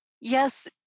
Yes